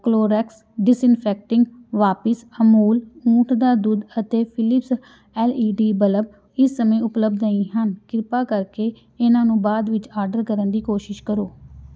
Clorox disinfecting ਵਾਪਸ ਅਮੂਲ ਊਠ ਦਾ ਦੁੱਧ ਅਤੇ Philips L E D bulb ਇਸ ਸਮੇਂ ਉਪਲਬਧ ਨਹੀਂ ਹਨ ਕਿਰਪਾ ਕਰਕੇ ਇਹਨਾਂ ਨੂੰ ਬਾਅਦ ਵਿੱਚ ਆਰਡਰ ਕਰਨ ਦੀ ਕੋਸ਼ਿਸ਼ ਕਰੋ